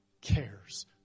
cares